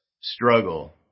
struggle